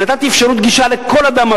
ונתתי אפשרות גישה לכל אדם,